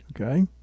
Okay